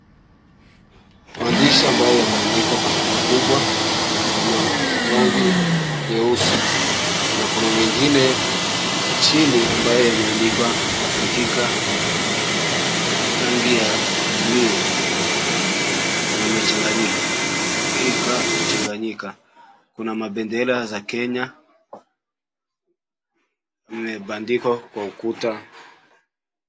Maandishi ambayo yameandikwa kwa herufi kubwa yana rangi nyeusi na kuna mengine chini ambayo imeandikwa katika rangi ya bluu na yamechanganyika. Kuna mabendera za Kenya imebandikwa kwa ukuta.